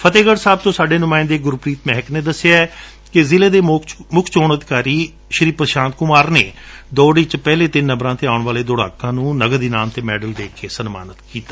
ਫਤਹਿਗੜ ਸਾਹਿਬ ਤੋ ਸਾਡੇ ਨੁਮਾਇੰਦੇ ਗੁਰਤੇਜ ਪਿਆਸਾ ਨੇ ਦਸਿਐ ਕਿ ਜ਼ਿਲੇ ਦੇ ਮੁੱਖ ਚੋਣ ਅਧਿਕਾਰੀ ਪ੍ਰਸ਼ਾਤ ਕੁਮਾਰ ਨੇ ਦੌੜ ਵਿਚ ਪਹਿਲੇ ਤਿੰਨ ਨੰਬਰਾਂ ਤੇ ਆਉਣ ਵਾਲੇ ਦੌੜਾਕਾਂ ਨੁੰ ਨਗਦ ਇਨਾਮ ਅਤੇ ਮੈਡਲ ਦੇ ਕੇ ਸਨਮਾਨਿਤ ਕੀਤਾ